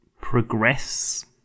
progress